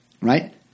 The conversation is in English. right